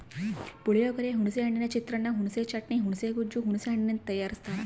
ಪುಳಿಯೋಗರೆ, ಹುಣಿಸೆ ಹಣ್ಣಿನ ಚಿತ್ರಾನ್ನ, ಹುಣಿಸೆ ಚಟ್ನಿ, ಹುಣುಸೆ ಗೊಜ್ಜು ಹುಣಸೆ ಹಣ್ಣಿನಿಂದ ತಯಾರಸ್ತಾರ